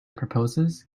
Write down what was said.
proposes